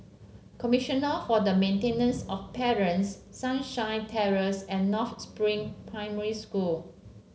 Commissioner for the Maintenance of Parents Sunshine Terrace and North Spring Primary School